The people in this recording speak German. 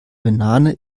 banane